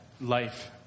life